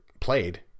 played